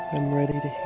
i'm ready to